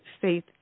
Faith